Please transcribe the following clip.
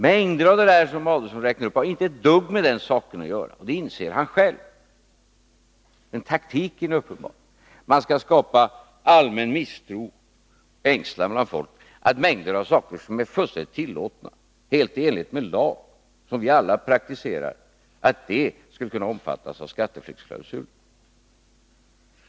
Massor av det som Ulf Adelsohn räknade upp har inte ett dugg med den saken att göra, och det inser han själv. Taktiken är uppenbar: Man skall bland folk skapa allmän misstro och ängslan för att mängder av saker som är fullständigt tillåtna, som är helt i enlighet med lag och som vi alla praktiserar skulle kunna omfattas av skatteflyktsklausulen.